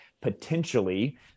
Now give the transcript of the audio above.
potentially